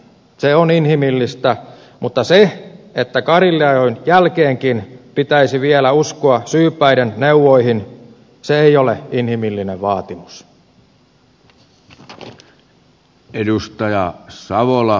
se on inhimillistä mutta se että karilleajon jälkeenkin pitäisi vielä uskoa syypäiden neuvoihin ei ole inhimillinen vaatimus